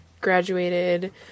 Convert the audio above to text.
graduated